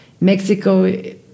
Mexico